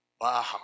Wow